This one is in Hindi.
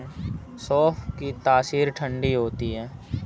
सौंफ की तासीर ठंडी होती है